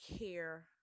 care